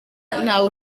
ntawe